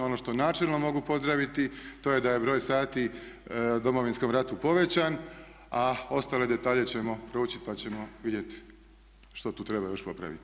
Ono što načelno mogu pozdraviti to je da je broj sati u Domovinskom ratu povećan, a ostale detalje ćemo proučiti pa ćemo vidjeti što tu treba još popraviti.